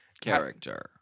character